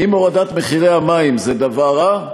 האם הורדת מחירי המים זה דבר רע?